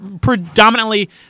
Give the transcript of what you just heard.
predominantly